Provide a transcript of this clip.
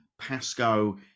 Pasco